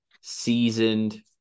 seasoned